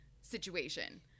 situation